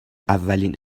اولین